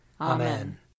Amen